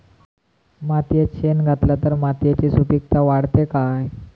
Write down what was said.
मातयेत शेण घातला तर मातयेची सुपीकता वाढते काय?